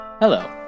Hello